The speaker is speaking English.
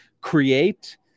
create